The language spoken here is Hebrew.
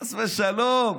חס ושלום,